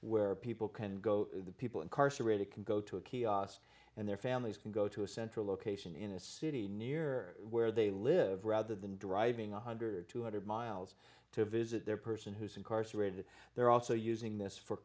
where people can go the people incarcerated can go to a kiosk and their families can go to a central location in a city near where they live rather than driving ten thousand two hundred miles to visit their person who's incarcerated they're also using this for